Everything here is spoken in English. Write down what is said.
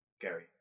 Gary